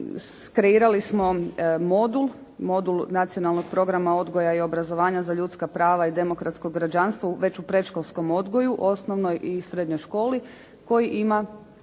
kreirali smo modul, modul Nacionalnog programa odgoja i obrazovanja za ljudska prava i demokratsko građanstvo već u predškolskom odgoju, osnovnoj i srednjoj školi, koji ima